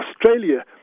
Australia